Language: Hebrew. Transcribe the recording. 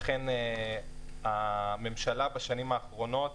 לכן, הממשלה בשנים האחרונות